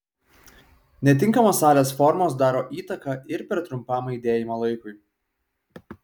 netinkamos salės formos daro įtaką ir per trumpam aidėjimo laikui